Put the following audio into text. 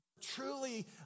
truly